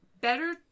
better